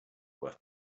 worth